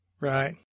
right